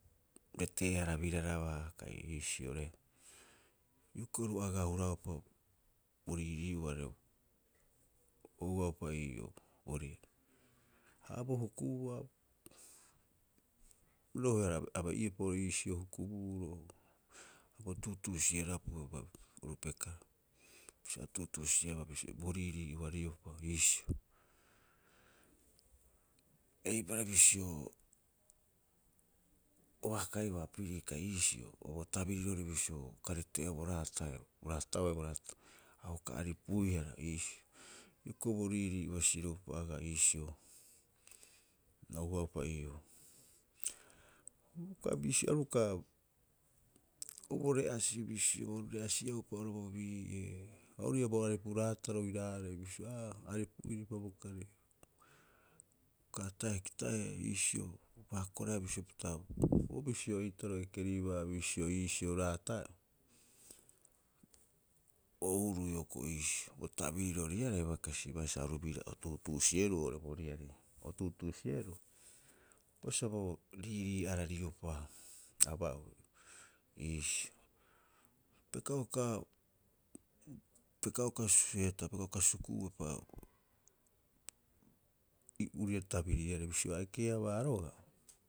Reteehara biraraba kai iisio reeto. Hioko'i oru agaa o huraaupa bo riirii'ua are o ouaupa ii'oo bo riari. Ha bo huku'ua oo, a roeoarei aba'iepa ori iisio hukubuuro bo tuutuusi'erapiu oru pekaa. Bisio a tuutuusi'eaba bo riirii'ua riopa iisio. Eipare bisio o baakaibaa opirii kai iisio o bo tabirirori bisio, uka rete'oeaa bo raata, bo raata'oo a uuka aripuihara iisio. Hioko'i bo riirii'ua siro'upa agaa iisio o ouaupa ii'oo. Uka bisio aru uka o bo re'asi bisio, aru re'asiia bo paoro bo bii'ee. Ha ori ii'aa bo aripu raataro biraarei bisio, aa aripu'iripa bokari uka ata'e kita'ee, iisio a paakoraea bisio pita o bisio eitaroo ekeribaa bisio iisio raataea, o ouruu hioko'i iisii. Bo tabiriroriarei a bai kasiba sa oru biraa o tuutuusi'eruu oo'ore boriari. O tuutuusi'eruu o sa bo riirii'ara riopa aba'oe iisio. Peka uka heeta, peka uka suku'uepa, uria tabiriiarei. Bisio a ekeabaa roga'a.